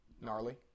gnarly